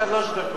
שלוש דקות,